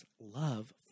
love